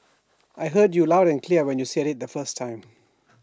I heard you loud and clear when you said IT the first time